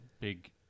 big